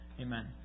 Amen